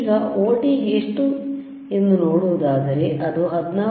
ಈಗ ವೋಲ್ಟೇಜ್ ಎಷ್ಟು ಎಂದು ನೋಡುವುದಾದರೆ ಅದು 14